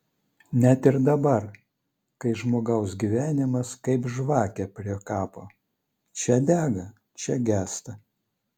net ir dabar kai žmogaus gyvenimas kaip žvakė prie kapo čia dega čia gęsta